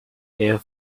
her